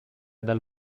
dal